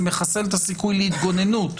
זה מחסל את הסיכוי להתגוננות.